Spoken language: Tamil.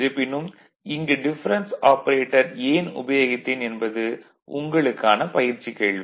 இருப்பினும் இங்கு டிஃபரென்ஸ் ஆபரேட்டர் ஏன் உபயோகித்தேன் என்பது உங்களுக்கான பயிற்சி கேள்வி